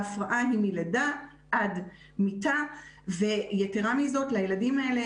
ההפרעה היא מלידה עד מיתה ויתרה מזאת לילדים האלה